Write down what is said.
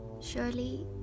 Surely